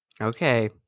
Okay